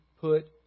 put